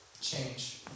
Change